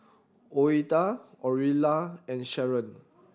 Ouida Orilla and Sherron